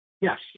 Yes